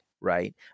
right